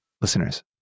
Listeners